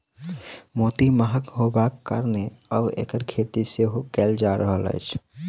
मोती महग होयबाक कारणेँ आब एकर खेती सेहो कयल जा रहल अछि